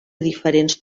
diferents